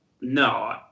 No